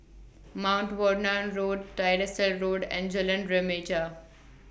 Mount Vernon Road Tyersall Road and Jalan Remaja